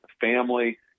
family